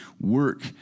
work